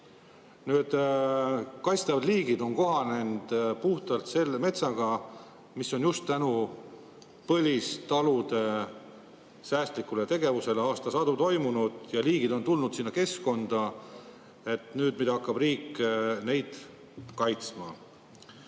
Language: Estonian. Kaitstavad liigid on kohanenud puhtalt selle metsaga, mis on just tänu põlistalude säästlikule tegevusele aastasadu toimunud, ja liigid on tulnud sinna keskkonda. Nüüd hakkab riik neid kaitsma.